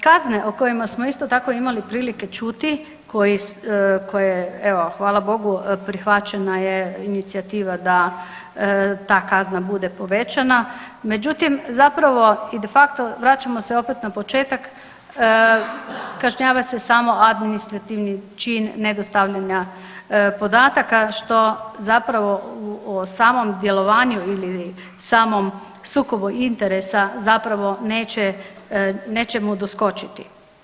Kazne o kojima smo isto tako imali prilike čuti, koje evo, hvala Bogu, prihvaćena je inicijativa da ta kazna bude povećana, međutim, zapravo i de facto vraćamo se opet na početak, kažnjava se samo administrativni čin nedostavljanja podataka, što zapravo u samom djelovanju ili samom sukobu interesa zapravo neće, neće mu doskočiti.